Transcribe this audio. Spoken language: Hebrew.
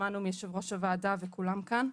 שמענו מיו"ר הוועדה וכולם כאן.